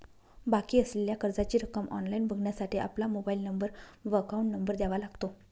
बाकी असलेल्या कर्जाची रक्कम ऑनलाइन बघण्यासाठी आपला मोबाइल नंबर व अकाउंट नंबर द्यावा लागतो